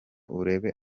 urebe